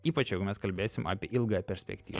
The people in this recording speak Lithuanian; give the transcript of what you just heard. ypač jeigu mes kalbėsim apie ilgąją perspektyvą